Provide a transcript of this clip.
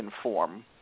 inform